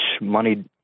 money